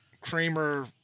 Kramer